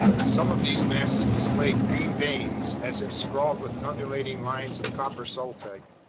some of these masses displayed green veins, as if scrawled with undulating lines of copper sulfate.